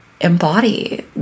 embody